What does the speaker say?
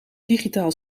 digitaal